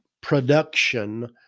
production